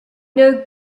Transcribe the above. know